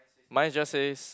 mine just says